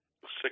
six